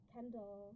Kendall